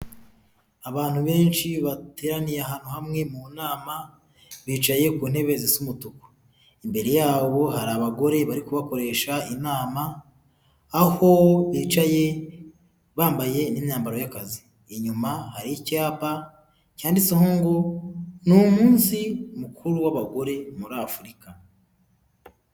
Abantu benshi bateraniye ahantu hamwe mu nama, bicaye ku ntebe zisa umutuku, imbere yabo hari abagore bari bakoresha inama, aho bicaye bambaye n'imyambaro y'akazi. Inyuma hari cyapa cyanditseho ngo ni umunsi mukuru w'abagore muri Afurika.